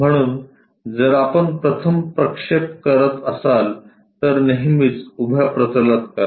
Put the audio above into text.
म्हणून जर आपण प्रथम प्रक्षेप करत असाल तर नेहमीच उभ्या प्रतलात करा